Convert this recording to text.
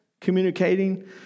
communicating